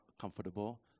comfortable